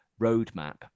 roadmap